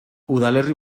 udalerri